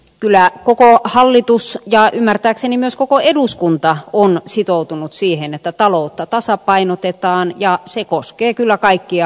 kyllä koko hallitus ja ymmärtääkseni myös koko eduskunta on sitoutunut siihen että taloutta tasapainotetaan ja se koskee kyllä kaikkia hallinnonaloja